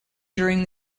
during